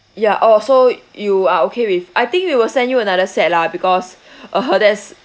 ya uh so you are okay with I think we will send you another set lah because uh that's